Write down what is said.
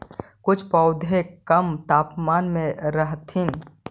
कुछ पौधे कम तापमान में रहथिन